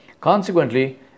Consequently